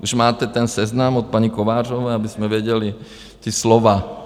Už máte ten seznam od paní Kovářové, abychom věděli ta slova?